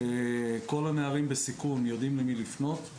כל הנערים בסיכון יודעים למי לפנות.